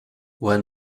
while